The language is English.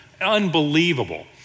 unbelievable